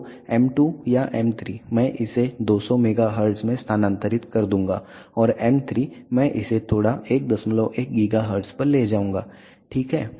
तो एम 2 या एम 3 मैं इसे 200 MHz में स्थानांतरित कर दूंगा और एम 3 मैं इसे थोड़ा 11 GHz पर ले जाऊंगा ठीक है